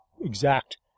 exact